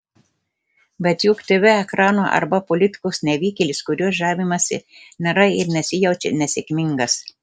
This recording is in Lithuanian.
bet juk tv ekranų arba politikos nevykėlis kuriuo žavimasi nėra ir nesijaučia nesėkmingas